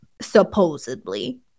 supposedly